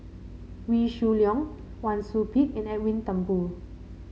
Wee Shoo Leong Wang Sui Pick and Edwin Thumboo